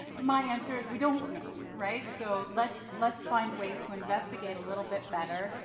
my answer is we don't know, right? so let's let's find ways to investigate a little bit better.